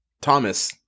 Thomas